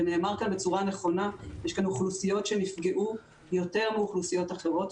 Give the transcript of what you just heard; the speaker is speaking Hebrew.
ונאמר פה בצורה נכונה - יש כאן אוכלוסיות שנפגעו יותר מאוכלוסיות אחרות.